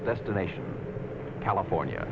destination california